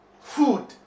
food